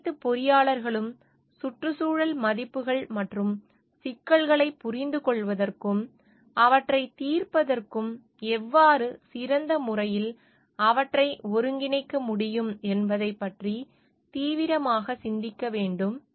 அனைத்து பொறியாளர்களும் சுற்றுச்சூழல் மதிப்புகள் மற்றும் சிக்கல்களைப் புரிந்துகொள்வதற்கும் அவற்றைத் தீர்ப்பதற்கும் எவ்வாறு சிறந்த முறையில் அவற்றை ஒருங்கிணைக்க முடியும் என்பதைப் பற்றி தீவிரமாக சிந்திக்க வேண்டும்